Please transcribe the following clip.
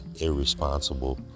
irresponsible